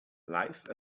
life